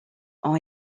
ont